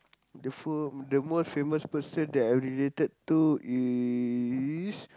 the fool the most famous person that I related to is